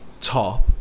top